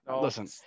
Listen